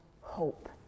hope